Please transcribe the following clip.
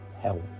help